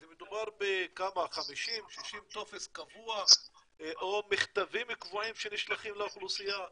מדובר ב-60-50 טפסים קבועים או מכתבים קבועים שנשלחים לאוכלוסייה.